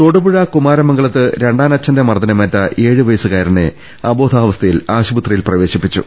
തൊടുപുഴ കുമാരമംഗലത്ത് രണ്ടാനച്ഛന്റെ മർദ്ദനമേറ്റ ഏഴുവ യസുകാരനെ അബോധാവസ്ഥയിൽ ആശുപത്രിയിൽ പ്രവേശിപ്പിച്ചു